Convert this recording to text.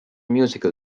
musical